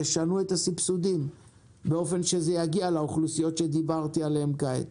תשנו את הסבסודים באופן שזה יגיע לאוכלוסיות שדיברתי עליהן כעת.